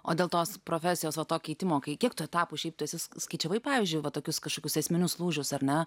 o dėl tos profesijos o to keitimo kai kiek tų etapų šypsosi skaičiavai pavyzdžiui va tokius kažkokius esminius lūžius ar na